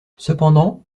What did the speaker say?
cependant